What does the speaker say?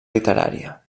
literària